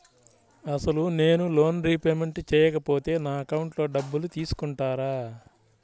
అసలు నేనూ loan repayment చేయకపోతే నా అకౌంట్లో డబ్బులు తీసుకుంటారా?